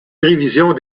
prévisions